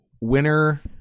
winner